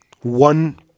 One